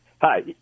Hi